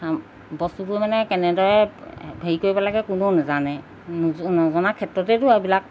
বস্তুবোৰ মানে কেনেদৰে হেৰি কৰিব লাগে কোনেও নাজানে নজনা ক্ষেত্ৰতেতো এইবিলাক